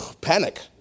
panic